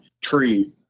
tree